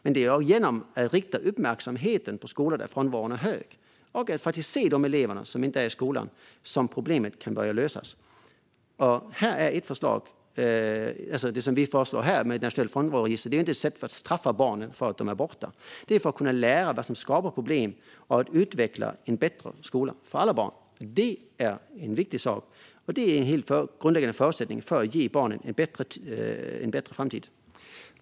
Men det är genom att rikta uppmärksamhet på skolor där frånvaron är hög och att faktiskt se de elever som inte är i skolan som problemet kan börja lösas. Det vi föreslår här om ett nationellt frånvaroregister är inte ett sätt att straffa barnen för att de har varit borta, utan det är till för att man ska kunna lära sig vad som skapar problem och för att kunna utveckla en bättre skola för alla barn. Det är en viktig sak, för det är en helt grundläggande förutsättning för att ge barnen en bättre framtid.